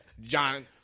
John